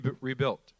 rebuilt